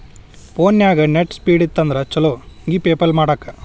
ಫೋನ್ಯಾಗ net speed ಇತ್ತಂದ್ರ ಚುಲೊ ಇ ಪೆಪಲ್ ಮಾಡಾಕ